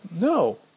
No